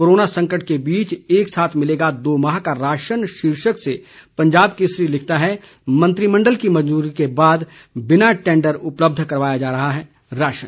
corona संकट के बीच एक साथ मिलेगा दो माह का राशन शीर्षक से पंजाब केसरी लिखता है मंत्रिमंडल की मंजूरी के बाद बिना टैंडर उपलब्ध करवाया जा रहा राशन